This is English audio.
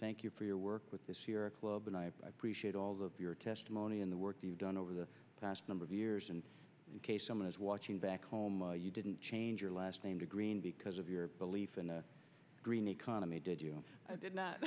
thank you for your work with this year club and i appreciate all of your testimony in the work you've done over the past number of years and in case someone is watching back home you didn't change your last name to green because of your belief in a green economy did you know i did not